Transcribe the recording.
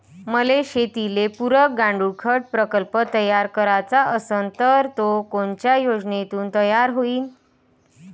मले शेतीले पुरक गांडूळखत प्रकल्प तयार करायचा असन तर तो कोनच्या योजनेतून तयार होईन?